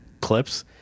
clips